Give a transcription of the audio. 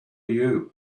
you